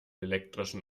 elektrischen